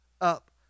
up